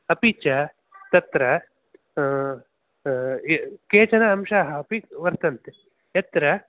अपि च तत्र केचन अंशाः अपि वर्तन्ते यत्र